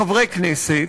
חברי כנסת,